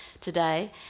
today